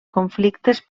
conflictes